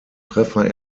treffer